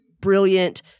brilliant